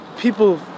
People